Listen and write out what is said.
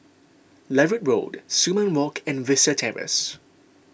Larut Road Sumang Walk and Vista Terrace